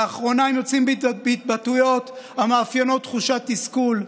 לאחרונה הם יוצאים בהתבטאויות המאפיינות תחושת תסכול,